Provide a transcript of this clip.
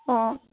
অঁ